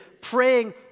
praying